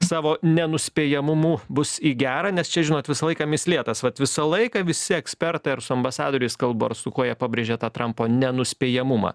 savo nenuspėjamumu bus į gera nes čia žinot visą laiką mįslė tas vat visą laiką visi ekspertai ar su ambasadoriais kalbu ar su kuo jie pabrėžia tą trampo nenuspėjamumą